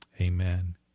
Amen